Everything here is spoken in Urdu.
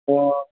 تو